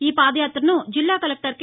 ఈ పాదయాత్రను జిల్లా కలెక్టర్ కె